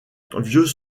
vieux